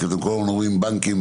אתם כל הזמן אומרים: "בנקים",